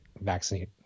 vaccine